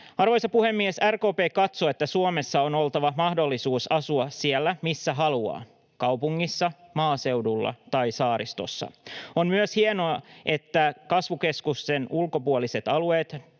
Arvoisa puhemies! RKP katsoo, että Suomessa on oltava mahdollisuus asua siellä, missä haluaa — kaupungissa, maaseudulla tai saaristossa. On myös hienoa, että kasvukeskusten ulkopuoliset alueet